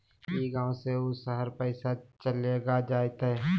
ई गांव से ऊ शहर पैसा चलेगा जयते?